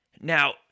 Now